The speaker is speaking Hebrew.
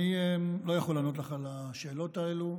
אני לא יכול לענות לך על השאלות האלה.